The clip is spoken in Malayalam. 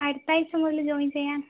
അടുത്താഴ്ച മുതൽ ജോയിൻ ചെയ്യാം